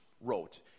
wrote